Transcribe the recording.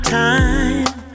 time